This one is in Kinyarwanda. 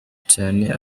cane